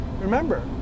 remember